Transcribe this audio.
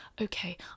Okay